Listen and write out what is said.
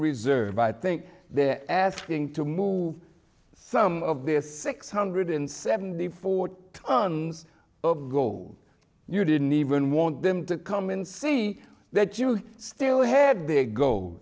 reserve i think they're asking to move some of the six hundred seventy four tons of gold you didn't even want them to come and see that you still had